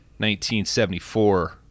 1974